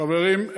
חברים,